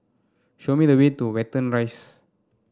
show me the way to Watten Rise